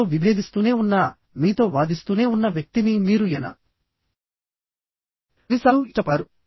మీతో విభేదిస్తూనే ఉన్న మీతో వాదిస్తూనే ఉన్న వ్యక్తిని మీరు ఎన్నిసార్లు ఇష్టపడ్డారు